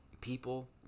People